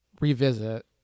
revisit